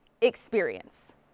experience